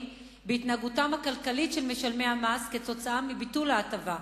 בהתנהגותם הכלכלית של משלמי המס כתוצאה מביטול ההטבה.